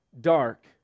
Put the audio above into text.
Dark